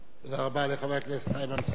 תודה רבה לחבר הכנסת חיים אמסלם.